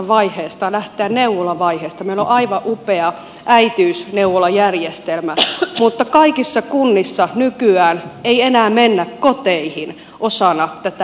meillä on aivan upea äitiysneuvolajärjestelmä mutta kaikissa kunnissa nykyään ei enää mennä koteihin osana tätä äitiysneuvolajärjestelmää